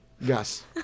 Yes